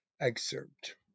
excerpt